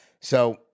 so-